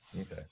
Okay